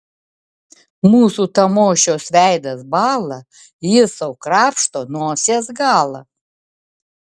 mūsų tamošiaus veidas bąla jis sau krapšto nosies galą